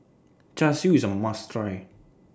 Char Siu IS A must Try